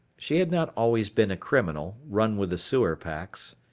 she had not always been a criminal, run with the sewer packs.